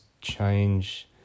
change